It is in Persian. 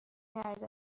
کرده